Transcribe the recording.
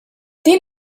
din